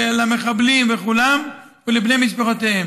למחבלים כולם ולבני משפחותיהם.